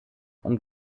und